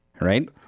right